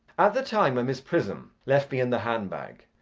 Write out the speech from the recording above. at the time when miss prism left me in the hand-bag,